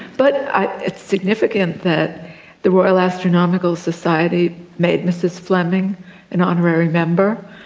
but it's significant that the royal astronomical society made mrs fleming an honorary member.